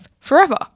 Forever